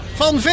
van